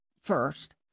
first